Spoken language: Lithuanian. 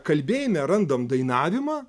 kalbėjime randam dainavimą